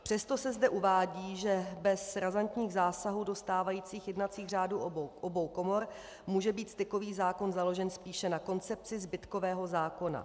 Přesto se zde uvádí, že bez razantních zásahů do stávajících jednacích řádů obou komor může být stykový zákon založen spíše na koncepci zbytkového zákona.